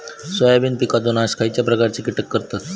Soybean पिकांचो नाश खयच्या प्रकारचे कीटक करतत?